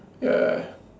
ya ya ya